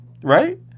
Right